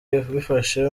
bifashe